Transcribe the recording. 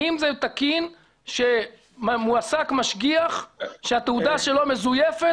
האם זה תקין שמועסק משגיח שהתעודה שלו מזויפת